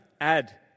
add